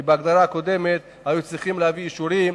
כי בהגדרה הקודמת היו צריכים להביא אישורים,